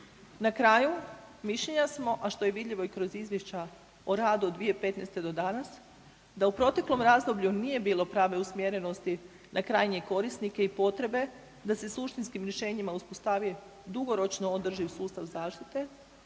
Na kraju, mišljenja smo, a što je vidljivo i kroz izvješća o radu od 2015. do danas da u proteklom razdoblju nije bilo prave usmjerenosti na krajnje korisnike i potrebe, da se suštinskim rješenjima uspostavi dugoročno održiv sustav zaštite,